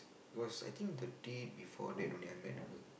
because I think the day before that only I met her